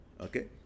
Okay